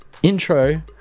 intro